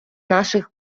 наших